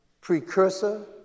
precursor